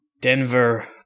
Denver